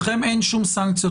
אבל לכם אין שום סנקציות,